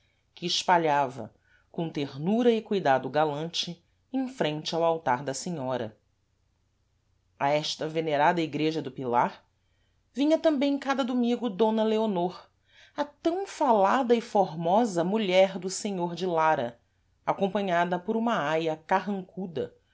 que espalhava com ternura e cuidado galante em frente ao altar da senhora a esta venerada igreja do pilar vinha tambêm cada domingo d leonor a tam falada e formosa mulher do senhor de lara acompanhada por uma aia carrancuda